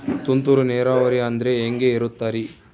ತುಂತುರು ನೇರಾವರಿ ಅಂದ್ರೆ ಹೆಂಗೆ ಇರುತ್ತರಿ?